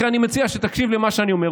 לכן אני מציע שתקשיב למה שאני אומר.